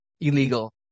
illegal